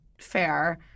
fair